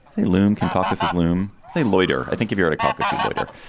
they loom. can caucuses loom? they loiter. i think if you at a caucus, you loiter.